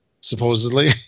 supposedly